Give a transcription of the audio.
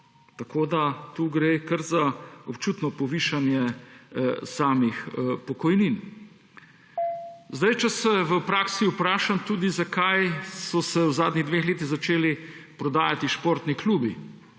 leto. Tu gre za kar občutno povišanje samih pokojnin. Če se v praksi vprašam tudi: zakaj so se v zadnjih dveh letih začeli prodajati športni klubi?